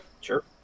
Sure